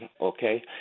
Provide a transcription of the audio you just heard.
okay